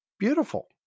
Beautiful